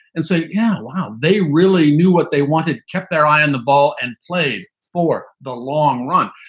and say, yeah wow, they really knew what they wanted, kept their eye on the ball and played for the long run.